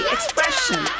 Expression